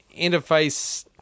interface